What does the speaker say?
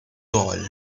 all